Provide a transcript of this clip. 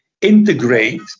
integrate